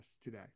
today